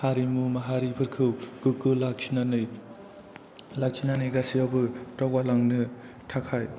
हारिमु माहारिफोरखौ गोगो लाखिनानै लाखिनानै गासैआवबो दावगालांनो थाखाय